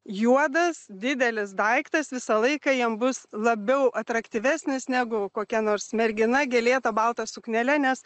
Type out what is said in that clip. juodas didelis daiktas visą laiką jam bus labiau atraktyvesnis negu kokia nors mergina gėlėta balta suknele nes